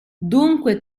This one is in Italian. dunque